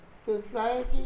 society